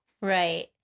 Right